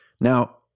Now